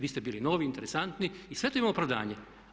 Vi ste bili novi, interesantni i sve to ima opravdanje.